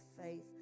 faith